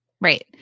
Right